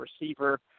receiver